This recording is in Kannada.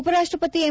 ಉಪರಾಷ್ಟ ಪತಿ ಎಂ